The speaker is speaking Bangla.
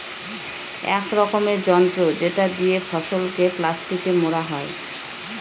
এক রকমের যন্ত্র যেটা দিয়ে ফসলকে প্লাস্টিকে মোড়া হয়